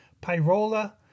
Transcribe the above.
pyrola